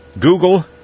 Google